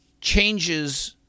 changes